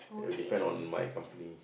it depend on my company